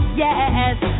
yes